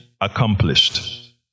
accomplished